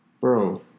Bro